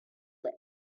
lip